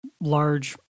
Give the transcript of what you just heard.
large